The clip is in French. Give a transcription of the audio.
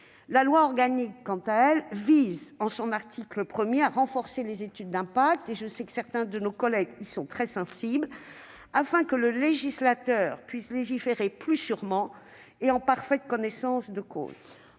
de loi organique, elle vise, par son article 1, à renforcer les études d'impact- je sais que certains de nos collègues sont très sensibles à cet enjeu -afin que le législateur puisse légiférer plus sûrement et en parfaite connaissance de cause.